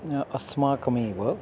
अस्माकमेव